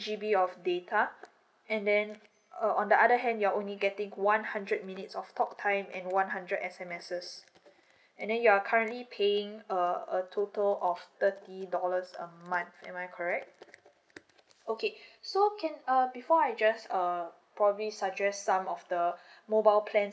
G_B of data and then uh on the other hand you're only getting one hundred minutes of talk time and one hundred S_M_S and then you are currently paying uh a total of thirty dollars a month am I correct okay so can err before I just um probably suggest some of the mobile plans